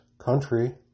country